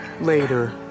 Later